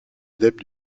adeptes